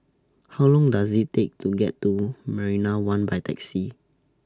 How Long Does IT Take to get to Marina one By Taxi